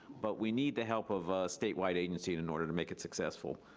but we need the help of a state-wide agency in in order to make it successful,